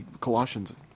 Colossians